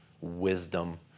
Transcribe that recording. wisdom